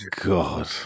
God